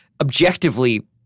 objectively